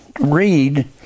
read